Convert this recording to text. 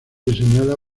diseñada